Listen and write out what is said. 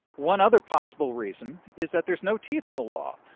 one other possible reason is that there's no teeth in the law.